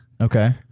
Okay